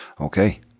Okay